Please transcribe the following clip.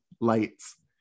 lights